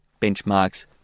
benchmarks